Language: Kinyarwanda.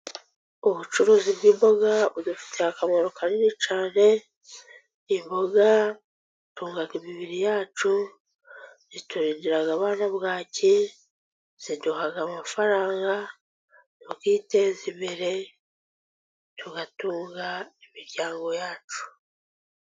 Ubucuruzi bw'imboga budufitiye akamaro kanini cyane, imboga zitunga imibiri yacu, ziturindira abana bwaki, ziduha amafaranga, tukiteza imbere tugatunga imiryango yacu.